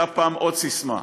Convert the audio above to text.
הייתה פעם עוד סיסמה: